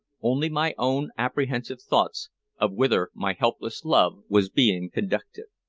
only my own apprehensive thoughts of whither my helpless love was being conducted.